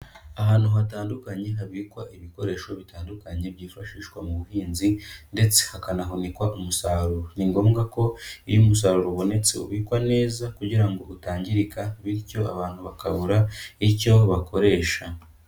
Ahantu hatandukanye habikwa ibikoresho bitandukanye byifashishwa mu buhinzi ndetse hakanahunikwa umusaruro, ni ngombwa ko iyo umusaruro ubonetse ubikwa neza kugira ngo utangirika bityo abantu bakabura icyo bakoresha.